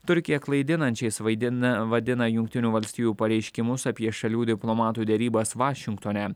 turkija klaidinančiais vaidina vadina jungtinių valstijų pareiškimus apie šalių diplomatų derybas vašingtone